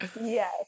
Yes